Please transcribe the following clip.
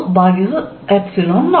dsQ0 Er